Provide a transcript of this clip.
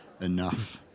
enough